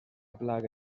plaga